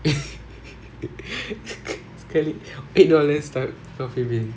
sekali eight dollars stuck coffee bean